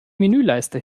menüleiste